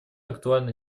актуально